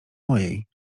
mojej